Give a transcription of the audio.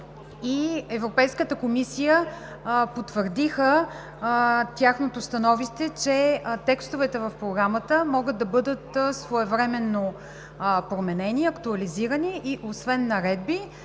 и Европейската комисия потвърдиха тяхното становище, че текстовете в Програмата могат да бъдат своевременно променени, актуализирани и, освен наредби,